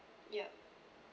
ya